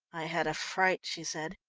i had a fright, she said.